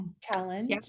challenge